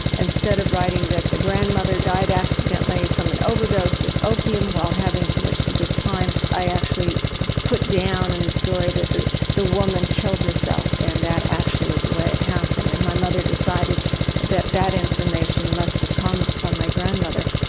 instead of writing that the grandmother died accidentally, from an overdose of opium, while having too much of a good time, i actually put down in and the story that the the woman killed herself, and that actually was the way it happened. and my mother decided that that information must have come from my grandmother.